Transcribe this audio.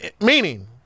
Meaning